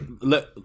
Let